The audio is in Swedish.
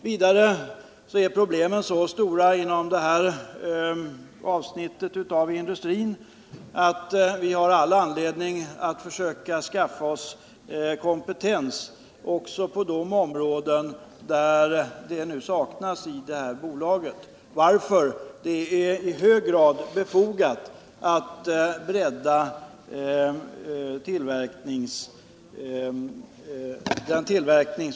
Vidare är problemen så stora inom detta avsnitt av industrin att vi har all anledning att försöka skaffa oss kompetens även på de områden där sådan nu saknas i bolaget. Därför är det i hög grad befogat att bredda bolagets tillverkning.